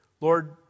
Lord